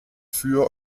für